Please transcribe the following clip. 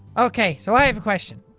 ok so i have a question,